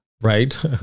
Right